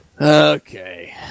Okay